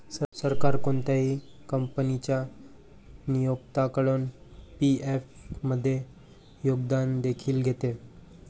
सरकार कोणत्याही कंपनीच्या नियोक्त्याकडून पी.एफ मध्ये योगदान देखील घेते